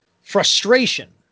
frustration